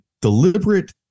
deliberate